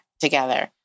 together